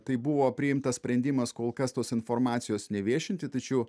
tai buvo priimtas sprendimas kol kas tos informacijos neviešinti tačiau